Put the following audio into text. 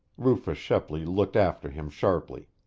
rufus shepley looked after him sharply.